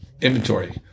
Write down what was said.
inventory